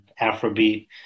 Afrobeat